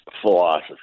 philosophy